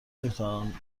نمیتوانند